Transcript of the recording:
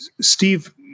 Steve